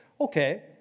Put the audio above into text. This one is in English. Okay